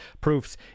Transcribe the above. proofs